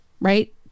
right